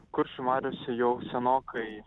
kuršių mariose jau senokai